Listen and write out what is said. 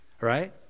Right